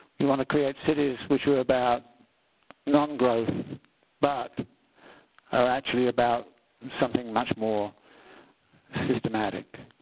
you want to create cities which are about non-growth but are actually about something much more systematic.